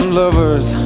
lovers